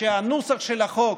שהנוסח של החוק